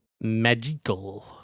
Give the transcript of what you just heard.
Magical